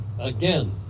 Again